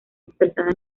expresada